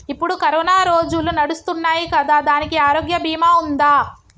ఇప్పుడు కరోనా రోజులు నడుస్తున్నాయి కదా, దానికి ఆరోగ్య బీమా ఉందా?